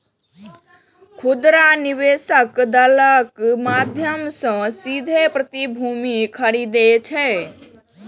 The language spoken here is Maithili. खुदरा निवेशक दलालक माध्यम सं सीधे प्रतिभूति खरीदै छै